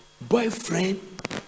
boyfriend